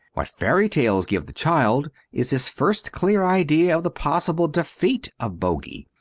what fairy-tales give the child is his first clear idea of the possible defeat of bogy.